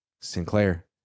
Sinclair